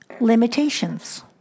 limitations